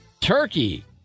turkey